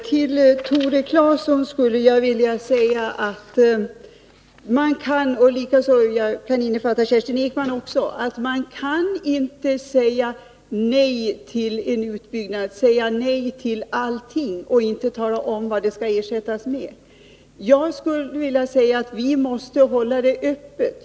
Herr talman! Till Tore Claeson, det kan för resten innefatta också Kerstin Ekman, vill jag säga att man inte kan säga nej till en utbyggnad, säga nej till allting, utan att tala om vad kärnkraften skall ersättas med. Vi måste hålla det öppet.